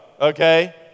okay